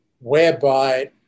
whereby